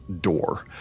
door